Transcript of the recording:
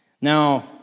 now